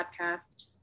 podcast